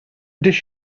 dish